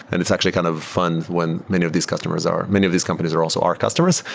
and it's actually kind of fun when many of these customers are many of these companies are also our customers.